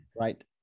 Right